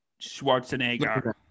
Schwarzenegger